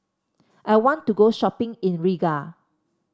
I want to go shopping in Riga